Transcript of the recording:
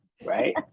Right